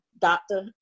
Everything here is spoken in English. Doctor